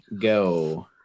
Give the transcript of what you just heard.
go